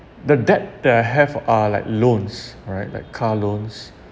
the debt that I have uh like loans right like car loans